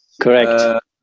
correct